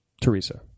Teresa